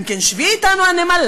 אם כן, שבי אתנו הנמלה.